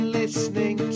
listening